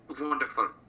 Wonderful